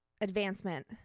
advancement